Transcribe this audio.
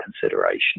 consideration